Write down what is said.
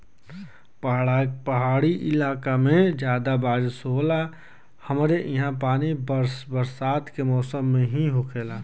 पहाड़ी इलाके में जादा बारिस होला हमरे ईहा पानी बस बरसात के मौसम में ही होखेला